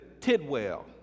Tidwell